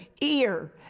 ear